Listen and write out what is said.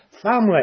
family